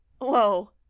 Whoa